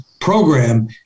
program